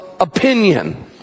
opinion